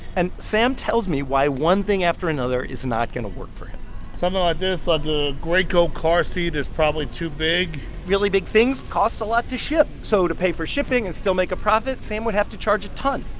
and sam tells me why one thing after another is not going to work for him something like um this, like a graco car seat, is probably too big really big things cost a lot to ship. so to pay for shipping and still make a profit, sam would have to charge a ton.